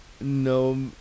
no